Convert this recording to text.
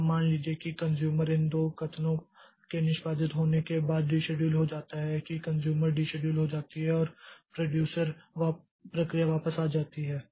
और अब मान लीजिए कि कन्ज़्यूमर इन दो कथनों के निष्पादित होने के बाद डीशेड्यूल हो जाता है कि कन्ज़्यूमर डीशेड्यूल हो जाती है और प्रोड्यूसर प्रक्रिया वापस आ जाती है